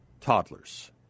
toddlers